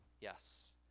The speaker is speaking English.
yes